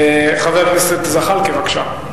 חבר הכנסת ג'מאל זחאלקה, בבקשה.